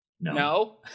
No